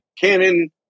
Canon